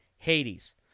Hades